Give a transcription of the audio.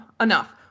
enough